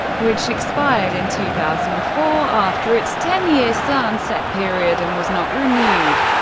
which expired in two thousand and four after its ten-year sunset period and was not renewed.